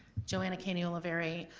joanna caney-oliveri,